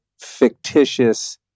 fictitious